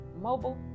mobile